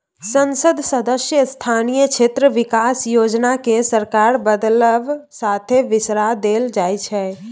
संसद सदस्य स्थानीय क्षेत्र बिकास योजना केँ सरकार बदलब साथे बिसरा देल जाइ छै